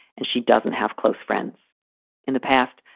and she doesn't have close friends in the past.